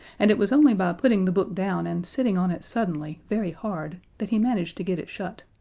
and it was only by putting the book down and sitting on it suddenly, very hard, that he managed to get it shut.